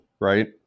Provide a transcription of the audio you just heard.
right